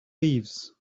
thieves